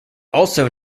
also